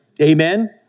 amen